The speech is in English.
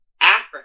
Africa